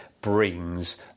brings